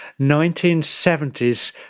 1970s